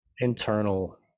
internal